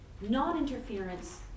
non-interference